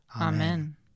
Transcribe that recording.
Amen